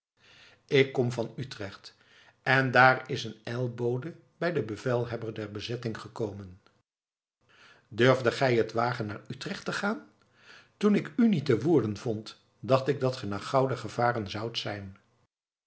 ik kom van utrecht en daar is een ijlbode bij den bevelhebber der bezetting gekomen durfdet gij het wagen naar utrecht te gaan toen ik u niet te woerden vond dacht ik dat ge naar gouda gevaren zoudt zijn